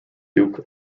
duke